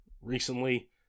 recently